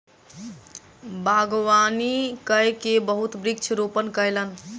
बागवानी कय के बहुत वृक्ष रोपण कयलैन